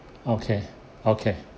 okay okay